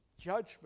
Judgment